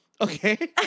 Okay